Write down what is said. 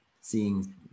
seeing